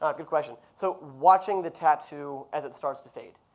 ah good question. so watching the tattoo as it starts to fade.